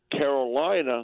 Carolina